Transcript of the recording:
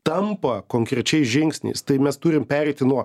tampa konkrečiais žingsniais tai mes turim pereiti nuo